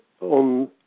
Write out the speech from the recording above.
on